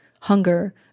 hunger